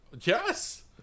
Yes